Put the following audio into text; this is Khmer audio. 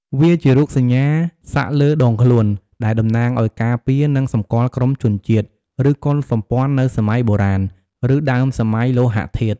វាជារូបសញ្ញាសាក់លើដងខ្លួន ដែលតំណាងឱ្យការពារនិងសម្គាល់ក្រុមជនជាតិ ឬកុលសម្ព័ន្ធនៅសម័យបុរាណ ឬដើមសម័យលោហធាតុ។